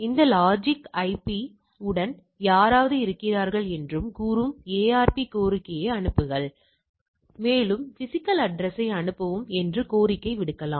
இந்த ஐபி உடன் யாராவது இருக்கிறார்கள் என்று கூறும் ARP கோரிக்கையை அனுப்புங்கள் மேலும் பிஸிக்கல் அட்ரஸ்யை அனுப்பவும் என்று கோரிக்கை விடுக்கலாம்